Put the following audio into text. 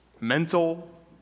mental